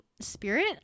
spirit